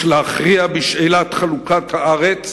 יש להכריע בשאלת חלוקת הארץ